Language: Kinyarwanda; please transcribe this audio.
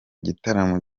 gitaramo